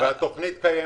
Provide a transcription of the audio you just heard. התכנית קיימת.